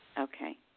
Okay